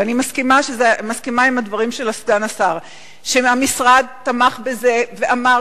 ואני מסכימה עם הדברים של סגן השר שהמשרד תמך בזה ואמר